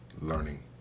learning